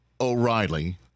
O'Reilly